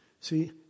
See